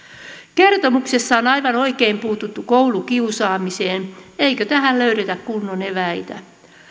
kertomuksessa on aivan oikein puututtu koulukiusaamiseen eikö tähän löydetä kunnon eväitä